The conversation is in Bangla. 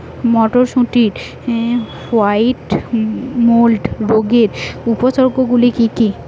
মটরশুটির হোয়াইট মোল্ড রোগের উপসর্গগুলি কী কী?